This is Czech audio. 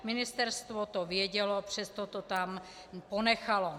Ministerstvo to vědělo, přesto to tam ponechalo.